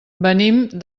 venim